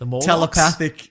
telepathic